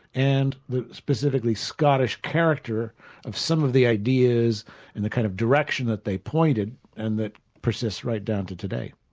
and the specifically scottish character of some of the ideas and the kind of direction that they pointed and that persists right down to today.